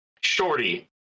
Shorty